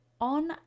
on